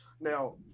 Now